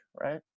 right